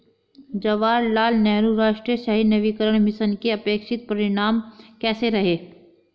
जवाहरलाल नेहरू राष्ट्रीय शहरी नवीकरण मिशन के अपेक्षित परिणाम कैसे रहे?